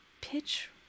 pitch